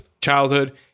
childhood